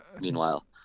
meanwhile